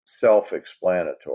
self-explanatory